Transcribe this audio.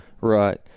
Right